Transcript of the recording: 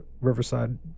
Riverside